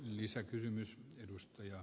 herra puhemies